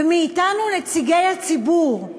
ומאתנו, נציגי הציבור?